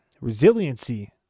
resiliency